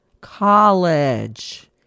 College